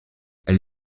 elle